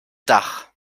dach